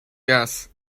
guess